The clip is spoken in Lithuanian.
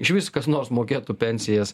išvis kas nors mokėtų pensijas